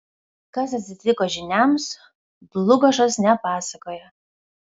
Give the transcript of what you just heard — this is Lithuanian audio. kas atsitiko žyniams dlugošas nepasakoja